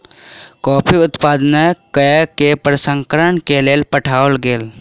coffee उत्पादन कय के प्रसंस्करण के लेल पठाओल गेल